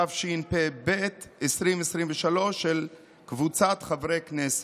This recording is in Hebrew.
התשפ"ב 2023, של קבוצת חברי הכנסת.